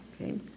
Okay